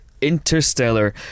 Interstellar